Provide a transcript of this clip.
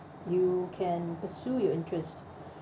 you can pursue your interest